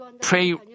pray